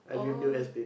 oh I